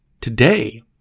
today